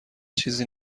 چیزی